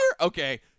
Okay